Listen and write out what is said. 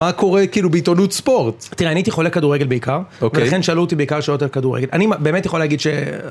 מה קורה כאילו בעיתונות ספורט? תראה, אני הייתי חולה כדורגל בעיקר, ולכן שאלו אותי בעיקר שאלות על כדורגל. אני באמת יכול להגיד ש...